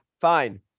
fine